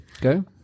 Go